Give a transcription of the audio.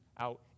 out